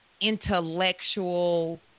intellectual